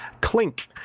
Clink